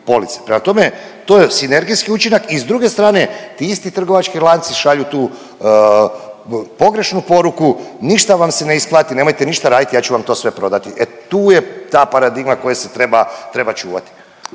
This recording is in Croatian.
police. Prema tome, to je sinergijski učinak i s druge strane ti isti trgovački lanci šalju tu pogrešnu poruku, ništa vam se ne isplati, nemojte ništa raditi ja ću vam to sve prodati. E tu je da paradigma koje se treba, treba čuvati.